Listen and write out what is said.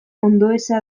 ondoeza